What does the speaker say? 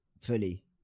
Fully